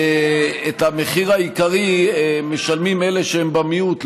וזה שאף אחד מהקואליציה לא